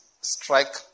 strike